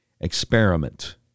experiment